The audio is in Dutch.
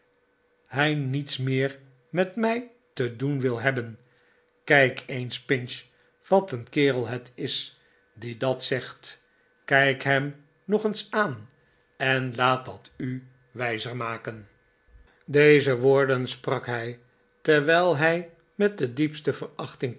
hij niets meer met mij te doen willen hebben kijk eens pinch wat een kerel het is die dat zegt kijk hem nog eens aan en laat dat u wijzer makenl deze woorden sprak hij terwijl hij met de diepste verachting